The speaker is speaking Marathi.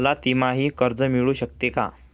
मला तिमाही कर्ज मिळू शकते का?